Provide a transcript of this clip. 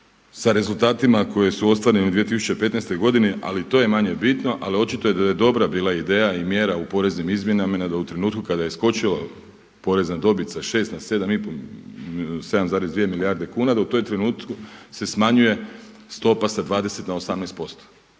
sa rezultatima koji su ostvareni u 2015. godini ali to je manje bitno ali očito je da je dobra bila ideja i mjera u poreznim izmjenama i da u trenutku kada je skočio porez na dobit sa 6 na 7,2 milijarde kuna da u tom trenutku se smanjuje stopa sa 20 na 18%,